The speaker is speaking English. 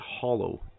hollow